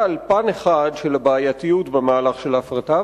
על פן אחד של הבעייתיות במהלך של ההפרטה,